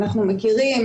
אנחנו מכירים,